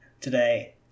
today